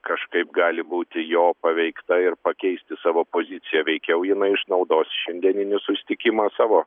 kažkaip gali būti jo paveikta ir pakeisti savo poziciją veikiau jinai išnaudos šiandieninį susitikimą savo